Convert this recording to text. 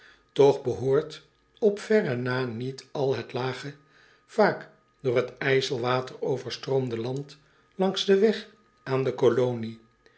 toch behoort op verre na niet al het lage vaak door het ijselwater overstroomde land langs den weg aan de colonie